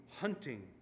hunting